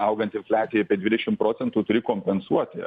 augant infliacijai apie dvidešim procentų turi kompensuoti